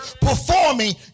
performing